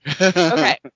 Okay